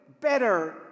better